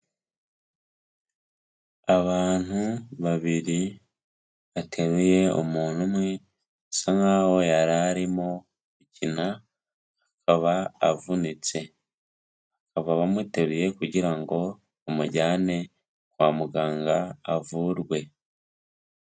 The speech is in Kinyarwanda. Abantu babiri bateruye umuntu umwe bisa nkaho yari arimo gukina akaba avunitse, bakaba bamuteruye kugira ngo bamujyane kwa muganga avurwe.